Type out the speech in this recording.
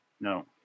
No